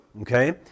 okay